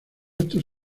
estos